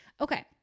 okay